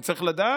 כי צריך לדעת,